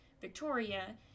Victoria